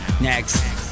Next